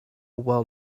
well